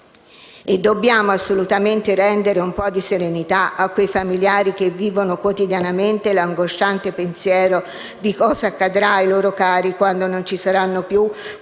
rendere assolutamente un po' di serenità a quei familiari che vivono quotidianamente l'angosciante pensiero di cosa accadrà ai loro cari quando non ci saranno più, quando